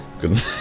good